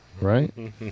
Right